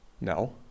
No